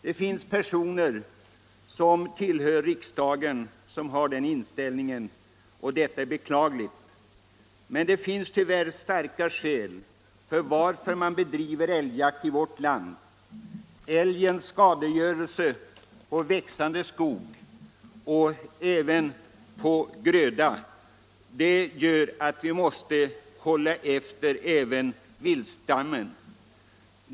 Det finns personer även här i riksdagen som har den inställningen. Detta är beklagligt. Det finns starka skäl för att bedriva älgjakt i vårt land. Älgens skadegörelse på växande skog och gröda är från ekonomisk synpunkt den väsentligaste av alla viltskador. Det gör att vi måste hålla efter älgstammen.